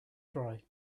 dry